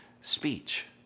speech